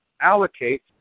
allocate